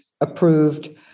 approved